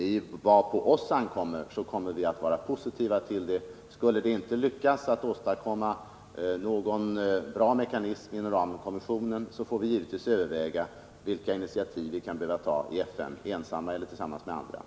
Men vad på oss ankommer, skall vi ställa oss positiva till det. Skulle det inte lyckas att åstadkomma någon bra mekanism inom ramen för kommissionen, får vi givetvis överväga vilka initiativ vi kan behöva ta i FN, ensamma eller tillsammans med andra.